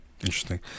Interesting